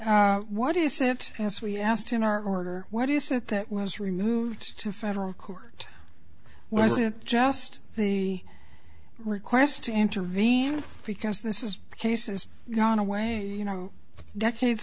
what is it has we asked in our order what is it that was removed to federal court was it just the request to intervene because this is a case is gone away you know decades